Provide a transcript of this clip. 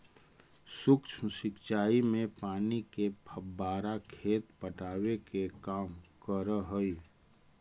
सूक्ष्म सिंचाई में पानी के फव्वारा खेत पटावे के काम करऽ हइ